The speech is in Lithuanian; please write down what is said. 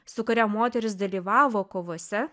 su kuria moteris dalyvavo kovose